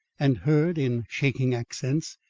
and heard in shaking accents,